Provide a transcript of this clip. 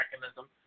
mechanism